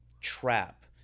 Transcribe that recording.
trap